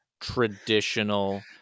traditional